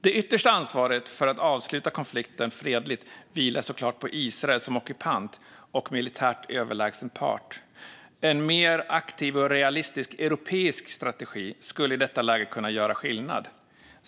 Det yttersta ansvaret för att avsluta konflikten fredligt vilar såklart på Israel som ockupant och militärt överlägsen part. En mer aktiv och realistisk europeisk strategi skulle i detta läge kunna göra skillnad.